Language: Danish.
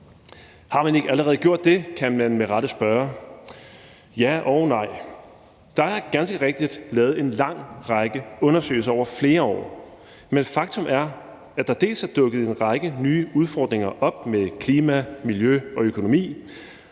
Har man ikke allerede gjort det? kan man med rette spørge. Ja og nej. Der er ganske rigtigt lavet en lang række undersøgelser over flere år. Men faktum er, at der er dukket en række nye udfordringer op med klima, miljø og økonomi,